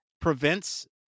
prevents